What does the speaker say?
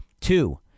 Two